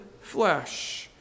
flesh